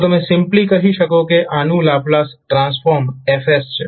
તો તમે સિમ્પ્લી કહી શકો કે આનું લાપ્લાસ ટ્રાન્સફોર્મ F છે